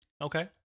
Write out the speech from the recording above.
Okay